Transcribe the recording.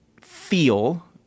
feel